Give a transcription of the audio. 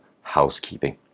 housekeeping